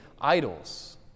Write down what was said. idols